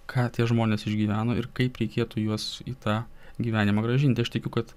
ką tie žmonės išgyveno ir kaip reikėtų juos į tą gyvenimą grąžinti aš tikiu kad